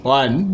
one